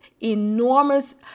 enormous